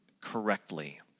correctly